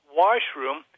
washroom